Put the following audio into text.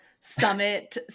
summit